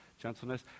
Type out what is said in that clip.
gentleness